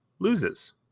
loses